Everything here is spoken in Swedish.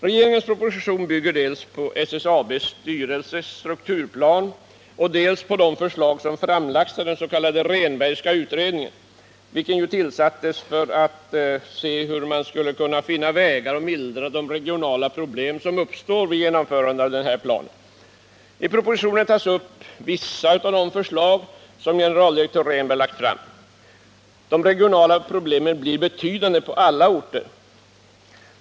Regeringens proposition bygger dels på SSAB:s styrelses strukturplan, dels på de förslag som framlagts i den s.k. Rehnbergska utredningen, vilken tillsattes för att se hur man skulle kunna finna vägar att mildra de regionala problem som uppstår vid ett genomförande av denna plan. I propositionen tas upp vissa av de förslag som generaldirektör Rehnberg lagt fram. De regionala problemen blir betydande på alla orter.